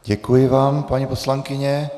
Děkuji vám, paní poslankyně.